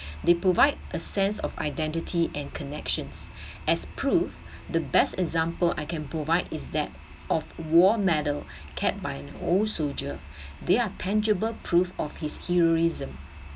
they provide a sense of identity and connections as prove the best example I can provide is that off war medal kept by an old soldier they are tangible proof of his heroism